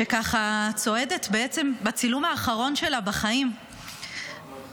שצועדת בעצם בצילום האחרון שלה בחיים בקיבוץ,